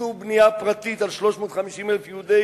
איסור בנייה פרטית על 350,000 יהודי